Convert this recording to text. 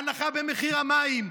הנחה במחיר המים,